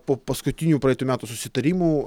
po paskutinių praeitų metų susitarimų